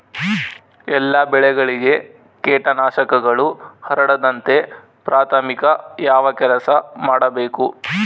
ಎಲ್ಲ ಬೆಳೆಗಳಿಗೆ ಕೇಟನಾಶಕಗಳು ಹರಡದಂತೆ ಪ್ರಾಥಮಿಕ ಯಾವ ಕೆಲಸ ಮಾಡಬೇಕು?